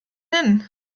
hin